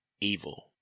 evil